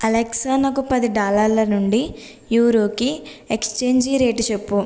Alexa నాకు పది డాలర్ల నుండి యూరోకి ఎక్స్చేంజి రేటు చెప్పు